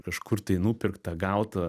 kažkur tai nupirktą gautą